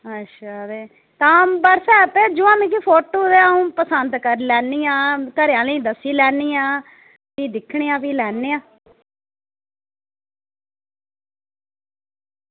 तां अच्छा ते व्हाट्सएप भेजो हा मिगी ते फोटो ते अंऊ पसंद करी लैन्नी आं घरै आह्लें गी दस्सी लैन्नी आं भी दिक्खनै आं फ्ही लैन्ने आं